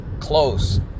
close